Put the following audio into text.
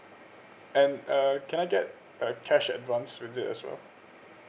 and uh can I get uh cash advance with it as well